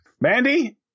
Mandy